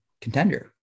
contender